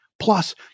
Plus